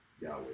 Yahweh